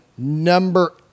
Number